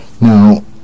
now